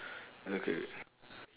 okay okay